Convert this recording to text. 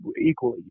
equally